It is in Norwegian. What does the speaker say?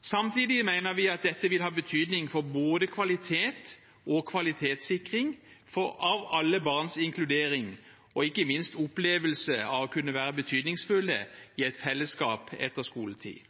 Samtidig mener vi at dette vil ha betydning for både kvalitet og kvalitetssikring av alle barns inkludering og ikke minst opplevelse av å være betydningsfull i et fellesskap etter skoletid.